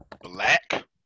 Black